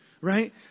Right